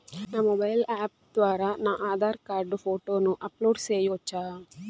నా mobile app ద్వారా నా ఆధార్ కార్డు ఫోటోను అప్లోడ్ సేయొచ్చా?